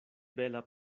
bela